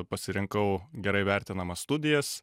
pasirinkau gerai vertinamas studijas